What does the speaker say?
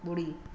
ॿुड़ी